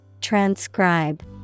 Transcribe